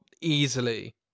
easily